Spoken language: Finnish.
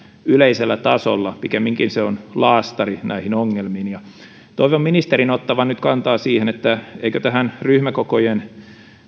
yleisellä tasolla pikemminkin se on laastari näihin ongelmiin toivon ministerin ottavan nyt kantaa siihen eikö tästä ryhmäkokojen